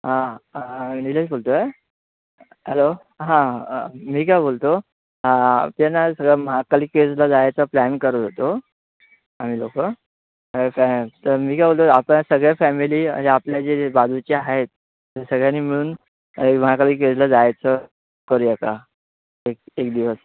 आं निलेश बोलतो आहे हॅलो हां मी काय बोलतो ते ना सगळं महाकाली केव्जला जायचा प्लॅन करत होतो आम्ही लोकं तर मी काय बोलतो आपण सगळ्या फॅमिली अजे आपले जे जे बाजूचे आहेत ते सगळ्यांनी मिळून महाकाली केव्जला जायचं करूया का एक एक दिवस